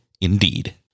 Indeed